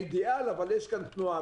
מהאידיאל, אבל יש כאן תנועה.